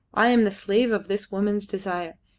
i am the slave of this woman's desire,